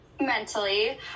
mentally